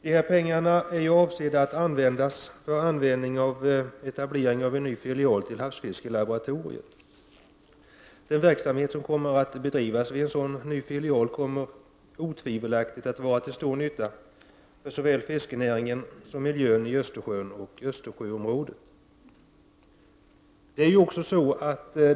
Dessa pengar är avsedda att användas för etablering av en ny filial till havsfiskelaboratoriet. Den verksamhet som kommer att bedrivas vid en sådan ny filial kommer otvivelaktigt att vara till stor nytta för såväl fiskenäringen som miljön i Östersjön och Östersjöområdet.